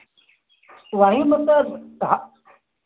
वही मतलब हाँ